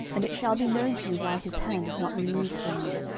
and it shall be known to you why his hand is not removed from you.